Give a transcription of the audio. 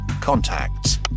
contacts